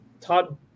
Todd